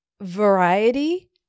variety